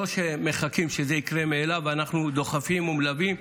לא שמחכים שזה יקרה מאליו, אנחנו דוחפים ומלווים.